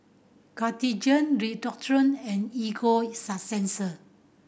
Cartigain Redoxon and Ego Sunsense